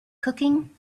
cooking